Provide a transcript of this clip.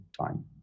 time